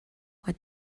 what